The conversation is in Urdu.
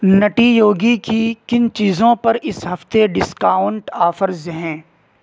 نٹی یوگی کی کن چیزوں پر اس ہفتے ڈسکاؤنٹ آفرز ہیں